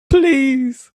please